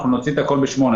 אנחנו נוציא את הכול ב-08:00,